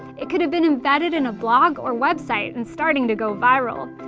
it could've been embedded in a blog or website and starting to go viral.